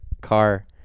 car